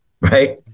right